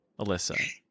Alyssa